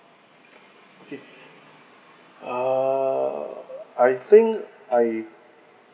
okay uh I think I